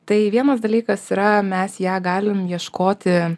tai vienas dalykas yra mes ją galim ieškoti